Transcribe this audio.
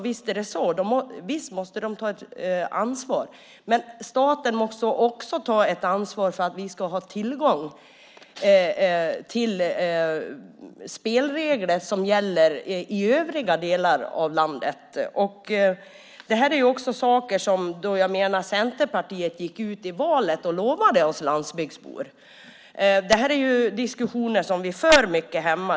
Visst är det så, visst måste de ta sitt ansvar, men även staten måste ta ansvar för att vi på landsbygden ska ha tillgång till samma spelregler som gäller i övriga delar av landet. Det är sådant som Centerpartiet gick till val på och lovade oss landsbygdsbor, och dessa diskussioner förs på landsbygden.